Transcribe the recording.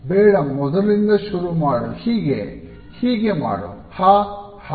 ಬೇಡ ಮೊದಲಿನಿಂದ ಶುರು ಮಾಡು ಹೀಗೆ ಮಾಡು ಹ ಹ ಹ ಹ ಹ